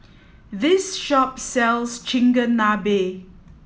this shop sells Chigenabe